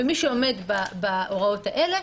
ומי שעומד בהוראות האלה,